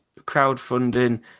Crowdfunding